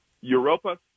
Europa